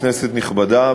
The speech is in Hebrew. כנסת נכבדה,